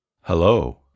Hello